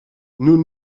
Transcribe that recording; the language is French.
nous